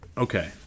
Okay